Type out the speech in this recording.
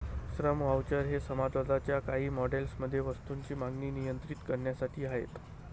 श्रम व्हाउचर हे समाजवादाच्या काही मॉडेल्स मध्ये वस्तूंची मागणी नियंत्रित करण्यासाठी आहेत